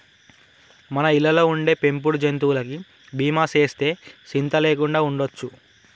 మన ఇళ్ళలో ఉండే పెంపుడు జంతువులకి బీమా సేస్తే సింత లేకుండా ఉండొచ్చు